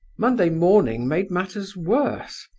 monday morning made matters worse.